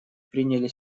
приняли